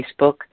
Facebook